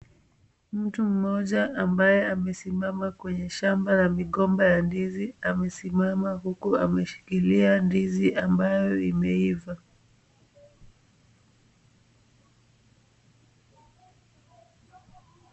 Mtu mmoja ambaye amesimama kwenye shamba la migomba ya ndizi. Amesimama huku ameshikilia ndizi ambayo imeiva.